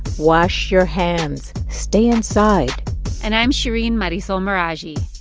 wash your hands. stay inside and i'm shereen marisol meraji.